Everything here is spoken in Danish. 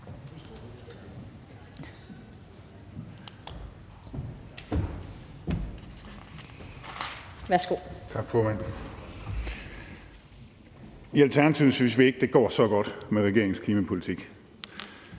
I Alternativet synes vi ikke, det går så godt med regeringens klimapolitik.